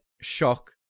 shock